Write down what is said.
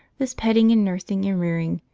this petting and nursing and rearing,